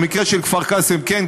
במקרה של כפר קאסם כן,